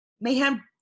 Mayhem